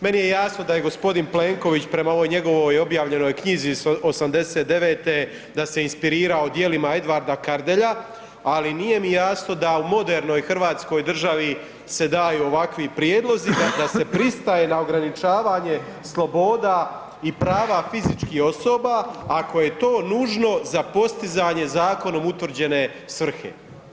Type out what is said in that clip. Meni je jasno da je gospodin Plenković prema ovoj njegovoj objavljenoj knjizi iz '89., da se inspirirao djelima Edvarda Kardelja, ali nije mi jasno da u modernoj Hrvatskoj državi se daju ovakvi prijedlozi da se pristaje na ograničavanje sloboda i prava fizičkih osoba ako je to nužno za postizanje zakonom utvrđene svrhe.